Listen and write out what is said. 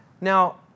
Now